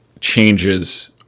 changes